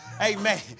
Amen